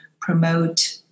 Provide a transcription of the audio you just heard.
promote